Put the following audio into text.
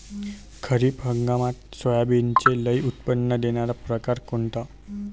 खरीप हंगामात सोयाबीनचे लई उत्पन्न देणारा परकार कोनचा?